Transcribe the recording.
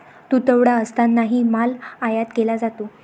तुटवडा असतानाही माल आयात केला जातो